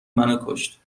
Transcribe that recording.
منوکشت